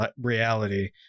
reality